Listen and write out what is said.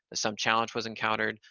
some challenge was encountered,